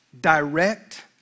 direct